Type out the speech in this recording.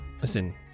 Listen